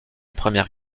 première